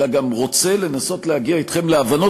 אלא גם רוצה לנסות להגיע אתכם להבנות,